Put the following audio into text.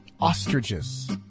ostriches